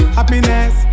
Happiness